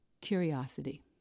curiosity